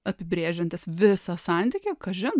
apibrėžiantis visą santykį kažin